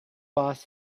boss